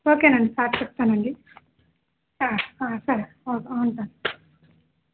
ఓకేనండి సార్ కి చెప్తానండి ఆ ఆ సరే ఓకే ఉంటాను